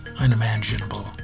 unimaginable